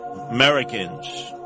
Americans